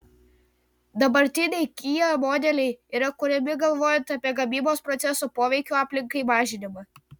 dabartiniai kia modeliai yra kuriami galvojant apie gamybos proceso poveikio aplinkai mažinimą